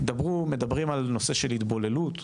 מדברים על נושא של התבוללות.